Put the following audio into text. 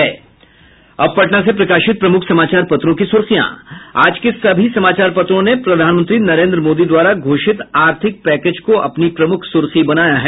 अब पटना से प्रकाशित प्रमुख समाचार पत्रों की सुर्खियां आज के सभी समाचार पत्रों ने प्रधानमंत्री नरेन्द्र मोदी द्वारा घोषित आर्थिक पैकेज को अपनी प्रमुख सुर्खी बनाया है